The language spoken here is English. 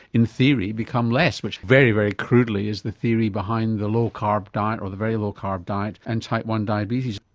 in theory, become less, which very, very crudely is the theory behind the low carb diet or the very low carb diet and type i diabetes.